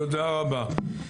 תודה רבה.